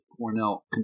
Cornell